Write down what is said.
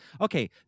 okay